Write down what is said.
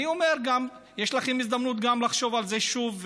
אני אומר: יש לכם הזדמנות גם לחשוב על זה שוב,